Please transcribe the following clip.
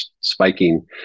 spiking